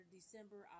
December